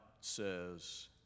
says